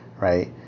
Right